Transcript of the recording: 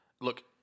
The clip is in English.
Look